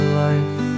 life